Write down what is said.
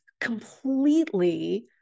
completely